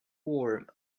warm